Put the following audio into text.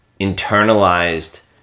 internalized